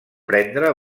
prendre